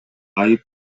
айып